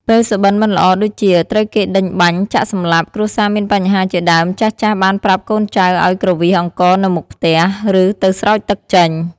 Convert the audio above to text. ពេលសុបិនមិនល្អដូចជា ត្រូវគេដេញបាញ់ ចាក់សម្លាប់ គ្រួសារមានបញ្ហាជាដើម ចាស់ៗបានប្រាប់កូនចៅឲ្យគ្រវាសអង្ករនៅមុខផ្ទះ ឬទៅស្រោចទឹកចេញ។